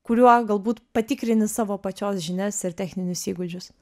kuriuo galbūt patikrini savo pačios žinias ir techninius įgūdžius